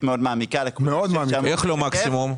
מאוד מעמיקה --- איך לא מקסימום?